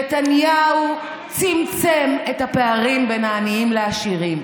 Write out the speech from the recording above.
נתניהו צמצם את הפערים בין העניים לעשירים.